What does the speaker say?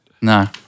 No